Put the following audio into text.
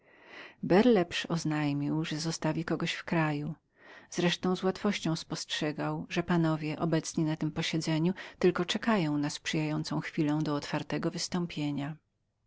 berleps oznajmił że zostawi kogoś w kraju wreszcie z łatwością spostrzegał że panowie obecni na tem posiedzeniu czekali tylko chwili do otwartego wystąpienia